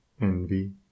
envy